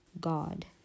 god